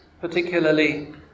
particularly